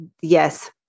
Yes